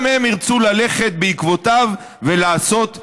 הם ירצו ללכת בעקבותיו ולעשות כמעשהו.